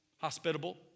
hospitable